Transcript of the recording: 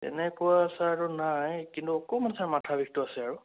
তেনেকুৱা ছাৰ আৰু নাই কিন্তু অকমান ছাৰ মাথা বিষটো আছে আৰু